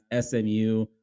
SMU